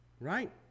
Right